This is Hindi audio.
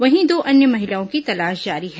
वहीं दो अन्य महिलाओं की तलाश जारी है